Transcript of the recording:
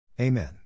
Amen